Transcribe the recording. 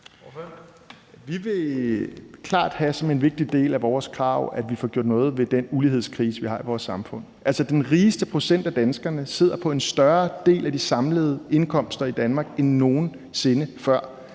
Vi vil klart have som en vigtig del af vores krav, at vi får gjort noget ved den ulighedskrise, vi har i vores samfund. Altså, den rigeste procent af danskerne sidder på en større del af de samlede indkomster i Danmark end nogen sinde før.